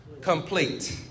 Complete